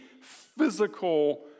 physical